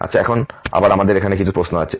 আচ্ছা এখন আবার আমাদের এখানে কিছু প্রশ্ন আছে